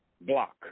Block